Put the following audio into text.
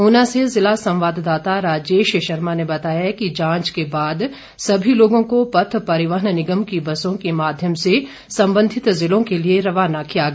ऊना से जिला संवाददाता राजेश शर्मा ने बताया कि जांच के बाद सभी लोगों को पथ परिवहन निगम की बसों के माध्यम से संबंधित जिलों के लिए रवाना किया गया